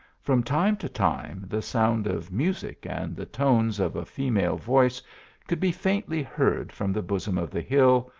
from time to time the sound of music and the tones of a female voice could be faintly heard from the bosom of the hill,